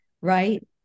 Right